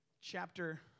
chapter